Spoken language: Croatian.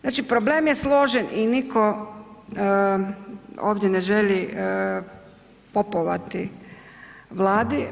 Znači, problem je složen i nitko ovdje ne želi popovati Vladi.